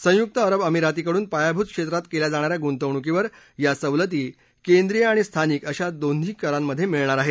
संयुक्त अरब अमिरातीकडून पायाभूत क्षेत्रात केल्या जाणाऱ्या गुंतवणुकीवर या सवलती केंद्रीय आणि स्थानिक अशा दोन्ही करांमधे मिळणार आहेत